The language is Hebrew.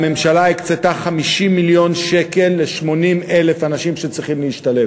הממשלה הקצתה 50 מיליון שקל ל-80,000 אנשים שצריכים להשתלב.